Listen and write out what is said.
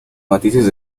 matices